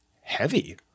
heavy